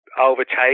overtake